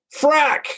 Frack